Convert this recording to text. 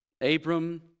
Abram